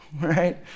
right